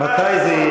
מתי?